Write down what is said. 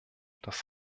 das